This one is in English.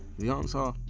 the answer,